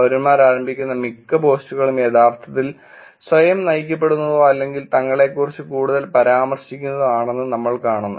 പൌരന്മാർ ആരംഭിക്കുന്ന മിക്ക പോസ്റ്റുകളും യഥാർത്ഥത്തിൽ സ്വയം നയിക്കപ്പെടുന്നതോ അല്ലെങ്കിൽ തങ്ങളെക്കുറിച്ച് കൂടുതൽ പരാമർശിക്കുന്നതോ ആണെന്ന് നമ്മൾ കാണുന്നു